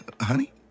Honey